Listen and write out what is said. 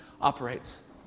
operates